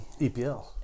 EPL